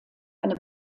eine